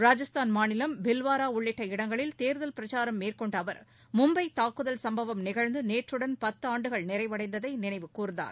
ராஜஸ்தான் மாநிலம் பில்வாரா உள்ளிட்ட இடங்களில் தேர்தல் பிரச்சாரம் மேற்கொண்ட அவர் மும்பை தாக்குதல் சம்பவம் நிகழ்ந்து நேற்றுடன் பத்தாண்டுகள் நிறைவடைந்ததை நினைவுகூர்ந்தார்